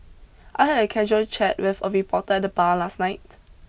I had a casual chat with a reporter at the bar last night